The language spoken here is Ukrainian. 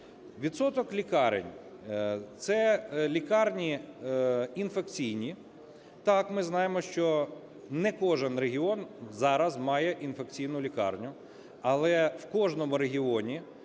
Відсоток лікарень. Це лікарні інфекційні. Так, ми знаємо, що не кожен регіон зараз має інфекційну лікарню, але в кожному регіоні,